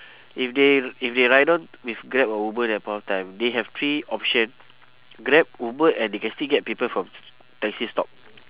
if they if they ride down with grab or uber in that point of time they have three option grab uber and they can still get people from taxi stop